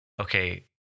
okay